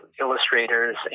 illustrators